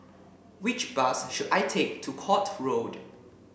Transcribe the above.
which bus should I take to Court Road